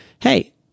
hey